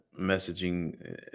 messaging